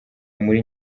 muri